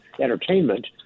entertainment